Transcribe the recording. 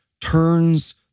turns